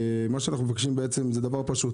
מה שאנו מבקשים זה דבר פשוט